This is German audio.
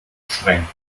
streng